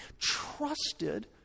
trusted